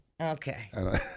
Okay